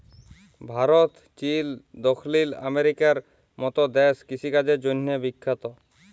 Bharat, Chile, দখ্খিল আমেরিকার মত দ্যাশ কিষিকাজের জ্যনহে বিখ্যাত